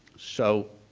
so,